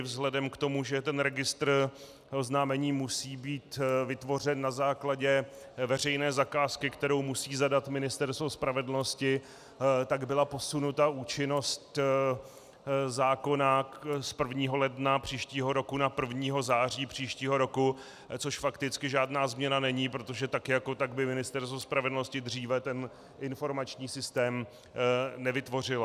Vzhledem k tomu, že registr oznámení musí být vytvořen na základě veřejné zakázky, kterou musí zadat Ministerstvo spravedlnosti, tak byla posunuta účinnost zákona z 1. ledna příštího roku na 1. září příštího roku, což fakticky žádná změna není, protože tak jako tak by Ministerstvo spravedlnosti dříve ten informační systém nevytvořilo.